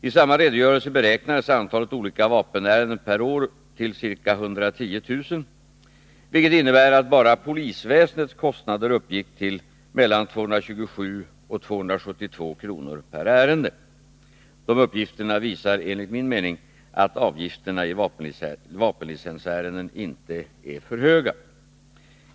I samma redogörelse beräknades antalet olika vapenärenden per år till ca 110 000, vilket innebär att bara polisväsendets kostnader uppgick till 227-272 kr. per ärende. Dessa uppgifter visar enligt min mening att avgifterna i vapenlicensärenden inte är för höga.